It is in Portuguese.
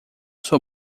sua